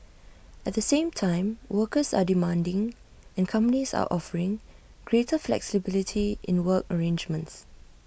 at the same time workers are demanding and companies are offering greater flexibility in work arrangements